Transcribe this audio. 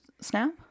Snap